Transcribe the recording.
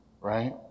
right